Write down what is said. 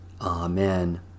Amen